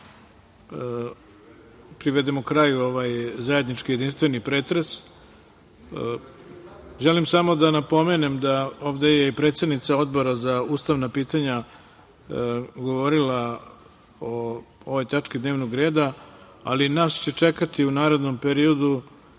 privedemo kraju ovaj zajednički jedinstveni pretres. Želim samo da napomenem da je ovde i predsednica Odbora za ustavna pitanja govorila o ovoj tački dnevnog reda, ali nas će čekati u narednom periodu